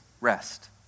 rest